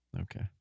Okay